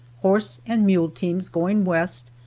horse and mule teams going west,